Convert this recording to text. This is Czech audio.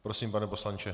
Prosím, pane poslanče.